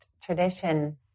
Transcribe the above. tradition